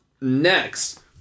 Next